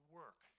work